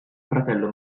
fratello